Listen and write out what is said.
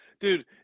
dude